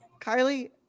Kylie